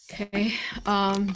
Okay